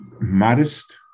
modest